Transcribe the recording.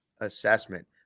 assessment